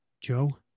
Joe